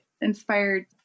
inspired